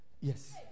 Yes